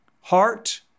heart